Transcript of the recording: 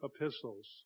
epistles